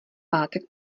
pátek